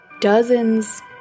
dozens